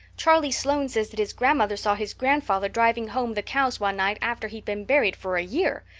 charlie sloane says that his grandmother saw his grandfather driving home the cows one night after he'd been buried for a year.